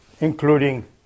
including